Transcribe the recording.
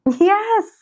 Yes